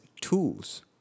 tools